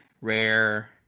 Rare